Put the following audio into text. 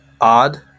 odd